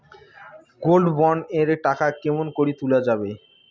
Gold bond এর টাকা কেমন করি তুলা যাবে?